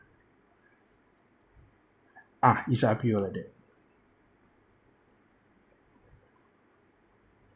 uh it's I_P_O like that